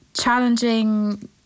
challenging